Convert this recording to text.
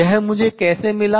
यह मुझे कैसे मिला